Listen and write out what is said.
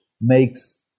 makes